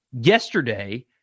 yesterday